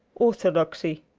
orthodoxy.